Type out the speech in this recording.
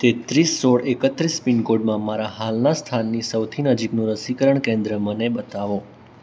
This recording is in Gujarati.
તેત્રીસ સોળ એકત્રીસ પિનકોડમાં મારા હાલના સ્થાનની સૌથી નજીકનું રસીકરણ કેન્દ્ર મને બતાવો